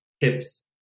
tips